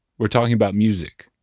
we're talking about music.